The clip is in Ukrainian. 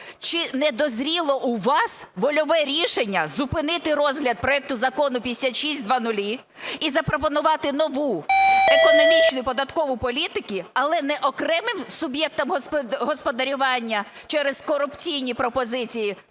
Чи не дозріло у вас вольове рішення зупинити розгляд проекту Закону 5600 і запропонувати нову економічну податкову політику, але не окремим суб'єктам господарювання через корупційні пропозиції